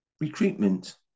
recruitment